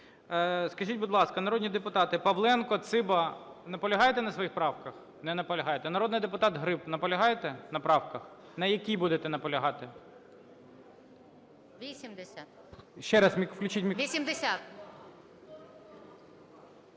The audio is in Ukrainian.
Скажіть, будь ласка, народні депутати Павленко, Циба, наполягаєте на своїх правках? Не наполягаєте. Народний депутат Гриб, наполягаєте на правках? На якій будете наполягати?